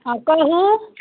हँ कहू